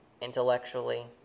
Intellectually